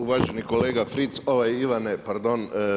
Uvaženi kolega Fritz, ovaj Ivane, pardon.